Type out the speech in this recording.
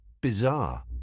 bizarre